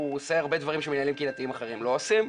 הוא עושה הרבה דברים שמינהלים קהילתיים אחרים לא עושים.